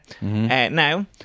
Now